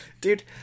Dude